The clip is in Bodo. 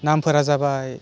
नामफोरा जाबाय